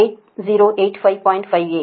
58 எனவே 93